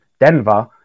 Denver